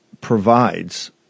provides